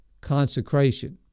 consecration